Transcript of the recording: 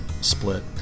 split